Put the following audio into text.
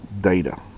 data